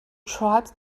tribes